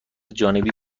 جانبی